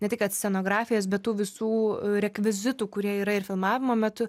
ne tai kad scenografijos bet tų visų rekvizitų kurie yra ir filmavimo metu